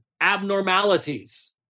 abnormalities